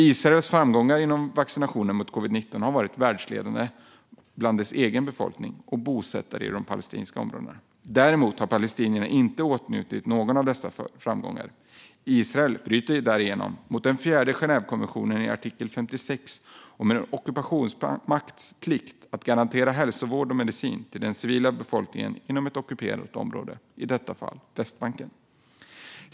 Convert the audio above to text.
Israels framgångar i vaccineringen mot covid-19 har varit världsledande när det gäller dess egen befolkning och bosättare i de palestinska områdena. Däremot har palestinierna inte åtnjutit någon av dessa framgångar. Israel bryter därigenom mot den fjärde Genèvekonventionens artikel 56 om en ockupationsmakts plikt att garantera hälsovård och medicin till den civila befolkningen inom ett ockuperat område, i detta fall Västbanken.